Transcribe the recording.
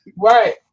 Right